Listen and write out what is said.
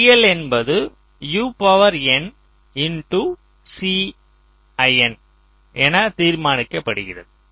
CL என்பது UNCin என தீர்மானிக்கப்படுகிறது